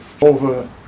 over